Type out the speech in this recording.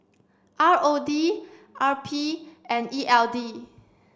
R O D R P and E L D